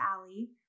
alley